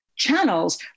channels